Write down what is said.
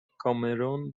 کامرون